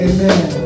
Amen